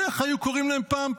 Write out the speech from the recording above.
שאיך היו קוראים להם פעם?